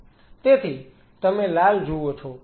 તેથી તમે લાલ જુઓ છો